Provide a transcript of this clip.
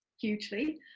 hugely